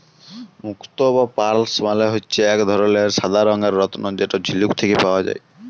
মুক্ত বা পার্লস মালে হচ্যে এক ধরলের সাদা রঙের রত্ন যেটা ঝিলুক থেক্যে পাওয়া যায়